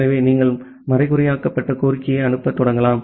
எனவே நீங்கள் மறைகுறியாக்கப்பட்ட கோரிக்கையை அனுப்பத் தொடங்கலாம்